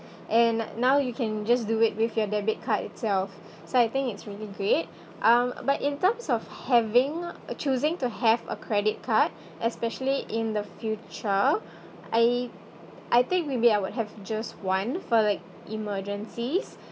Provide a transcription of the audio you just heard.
and now you can just do it with your debit card itself so I think it's really great um but in terms of having uh choosing to have a credit card especially in the future I I think maybe I would have just one for like emergencies